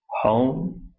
home